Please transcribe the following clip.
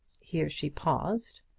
here she paused.